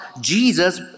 Jesus